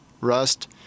rust